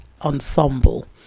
Ensemble